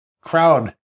crowd